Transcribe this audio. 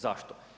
Zašto?